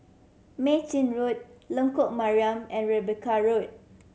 Mei Chin Road Lengkok Mariam and Rebecca Road